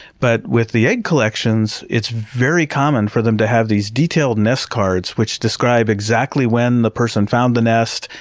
but with the egg collections, it's very common for them to have these detailed nest cards, which describe exactly when the person found the nest,